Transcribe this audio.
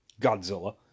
Godzilla